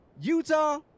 Utah